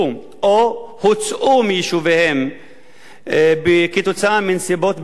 או הוצאו מיישוביהם כתוצאה מנסיבות ביטחוניות,